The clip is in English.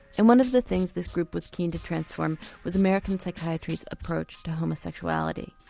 and one of the things this group was keen to transform was american psychiatry's approach to homosexuality.